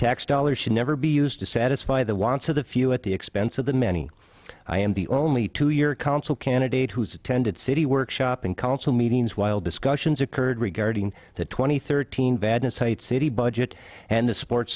tax dollars should never be used to satisfy the wants of the few at the expense of the many i am the only to your counsel candidate who is attended city workshop and council meetings while discussions occurred regarding the two thousand and thirteen bad insight city budget and the sports